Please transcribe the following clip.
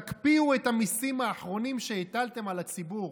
תקפיאו את המיסים האחרונים שהטלתם על הציבור.